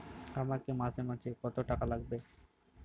আমাকে মাসে মাসে কত টাকা লাগবে?